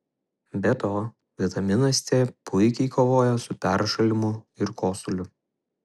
be to vitaminas c puikiai kovoja su peršalimu ir kosuliu